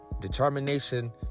Determination